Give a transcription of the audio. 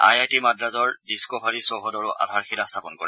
I I T মাদ্ৰাজৰ ডিচক ভাৰী চৌহদৰো আধাৰশিলা স্থাপন কৰে